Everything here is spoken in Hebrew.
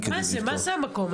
להתקיים.